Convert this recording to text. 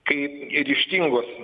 kaip ryžtingos